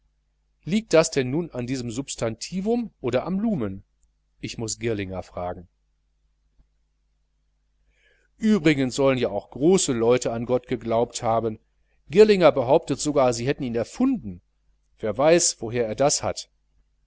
liegt das nun an diesem substantivum oder am lumen ich muß girlinger fragen übrigens sollen ja auch große leute an gott geglaubt haben girlinger behauptet sogar sie hätten ihn erfunden wer weiß wo er das her hat